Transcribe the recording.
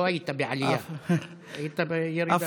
לא היית בעלייה, היית בירידה.